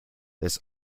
this